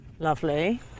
Lovely